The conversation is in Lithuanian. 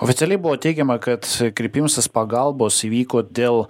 oficialiai buvo teigiama kad kreipimasis pagalbos įvyko dėl